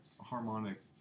harmonic